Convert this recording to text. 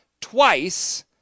twice